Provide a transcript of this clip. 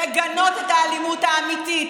לגנות את האלימות האמיתית,